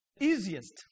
easiest